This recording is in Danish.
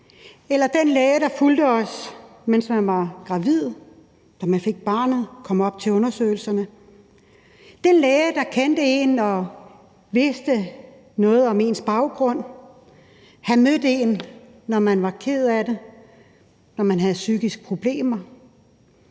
eller den læge, der fulgte en, mens man var gravid, og når man fik barnet og kom til undersøgelserne; den læge, der kendte en og vidste noget om ens baggrund; den læge, man havde mødt, når man var ked af det, eller når man havde psykiske problemer;